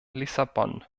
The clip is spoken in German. lissabon